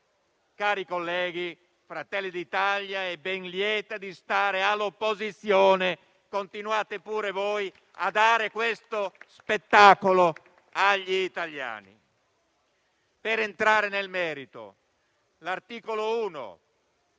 cari colleghi, Fratelli d'Italia è ben lieta di stare all'opposizione. Continuate pure voi a dare questo spettacolo agli italiani. Entrando nel merito, l'articolo 1